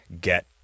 get